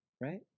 right